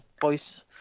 voice